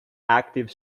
active